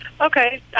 Okay